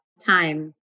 time